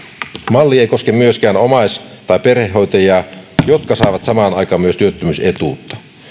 malli ei myöskään koske omais tai perhehoitajia jotka saavat samaan aikaan myös työttömyysetuutta